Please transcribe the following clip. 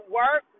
work